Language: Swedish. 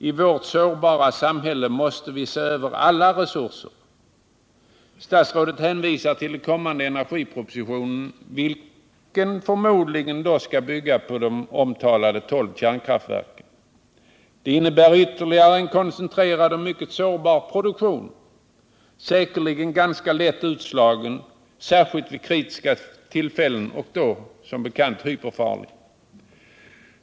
I vårt sårbara samhälle måste vi se över alla resurser. Statsrådet hänvisar till den kommande energipropositionen, vilken förmodligen skall bygga på de omtalade tolv kärnkraftverken. Det innebär ytterligare en koncentrerad och mycket sårbar produktion, säkerligen ganska lätt utslagen, särskilt vid kritiska tillfällen, och då, som bekant, hyperfarlig.